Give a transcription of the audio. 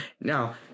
Now